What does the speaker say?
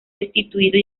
destituido